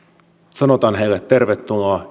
sanomme heille tervetuloa